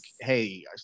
hey